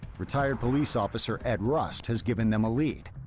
retired police officer ed rust has given them a lead,